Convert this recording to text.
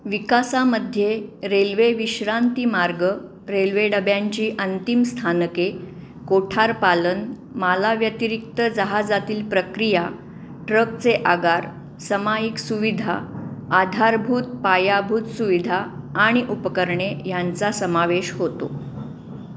विकासामध्ये रेल्वे विश्रांती मार्ग रेल्वे डब्यांची अंतिम स्थानके कोठारपालन मालाव्यतिरिक्त जहाजातील प्रक्रिया ट्रकचे आगार सामायिक सुविधा आधारभूत पायाभूत सुविधा आणि उपकरणे ह्यांचा समावेश होतो